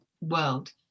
world